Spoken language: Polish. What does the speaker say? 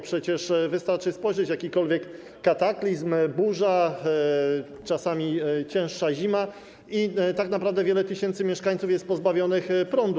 Przecież wystarczy spojrzeć: jakikolwiek kataklizm, burza, czasami cięższa zima i tak naprawdę wiele tysięcy mieszkańców jest pozbawionych prądu.